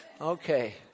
Okay